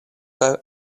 kaj